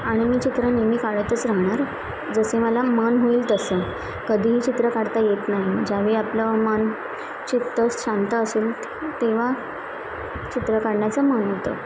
आणि मी चित्र नेहमी काढतच राहणार जसे मला मन होईल तसं कधीही चित्र काढता येत नाही ज्यावेळी आपलं मन चित्त शांत असेल तेव्हा चित्र काढण्याचं मन होतं